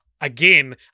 again